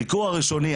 הביקור הראשוני,